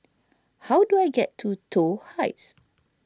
how do I get to Toh Heights